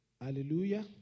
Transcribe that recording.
Hallelujah